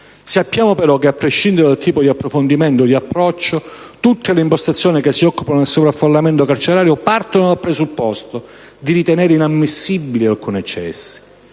Sappiamo però che, a prescindere dal tipo di approfondimento o di approccio, tutte le impostazioni che si occupano del sovraffollamento carcerario partono dal presupposto di ritenere inammissibili alcuni eccessi,